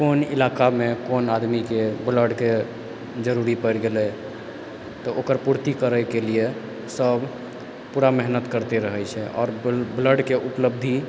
कोन इलाकामे कोन आदमीके ब्लडके जरूरी पड़ि गेलै तऽ ओकर पूर्ति करैके लिए सब पूरा मेहनत करिते रहै छै आओर ब्लडके उपलब्धि